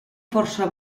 força